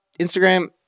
Instagram